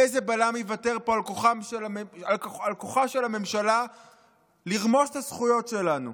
איזה בלם ייוותר פה על כוחה של הממשלה לרמוס את הזכויות שלנו?